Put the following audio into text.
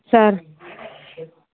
sir